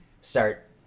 start